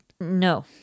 No